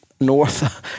North